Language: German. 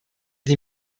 die